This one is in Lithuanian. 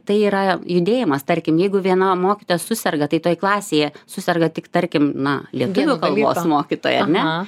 tai yra judėjimas tarkim jeigu viena mokytoja suserga tai toj klasėje suserga tik tarkim na lietuvių kalbos mokytoja ar ne